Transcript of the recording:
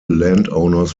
landowners